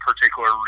particular